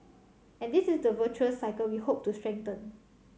and this is the virtuous cycle we hope to strengthen